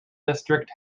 district